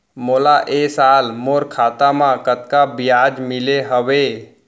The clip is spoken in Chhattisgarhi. मोला ए साल मोर खाता म कतका ब्याज मिले हवये?